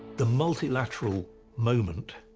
the multilateral moment,